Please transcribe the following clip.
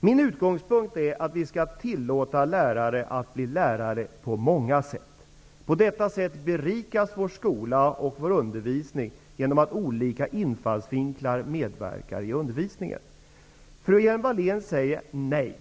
Min utgångspunkt är att vi skall tillåta lärare att bli lärare på många sätt. Vår skola och vår undervisning berikas genom att olika infallsvinklar medverkar i undervisningen. Lena Hjelm-Wallén säger nej.